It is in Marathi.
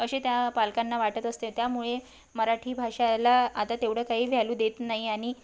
असे त्या पालकांना वाटत असते त्यामुळे मराठी भाषाला आता तेवढं काही व्हॅल्यू देत नाही आणि